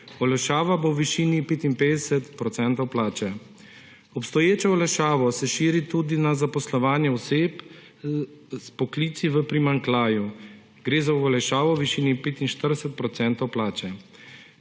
Olajšava bo v višini 55 % plače. Obstoječo olajšavo se širi tudi na zaposlovanje oseb s poklici v primanjkljaju. Gre za olajšavo v višini 45 % plače.